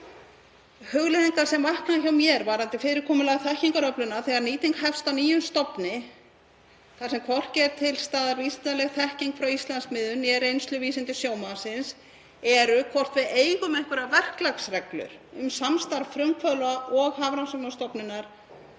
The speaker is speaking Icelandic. Hugleiðingar sem vakna hjá mér varðandi fyrirkomulag þekkingaröflunar, þegar nýting hefst á nýjum stofni þar sem hvorki er til staðar vísindaleg þekking frá Íslandsmiðum né reynsluvísindi sjómannsins, eru hvort við eigum einhverjar verklagsreglur um samstarf frumkvöðla og Hafrannsóknastofnunar